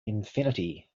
infinity